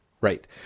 right